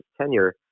tenure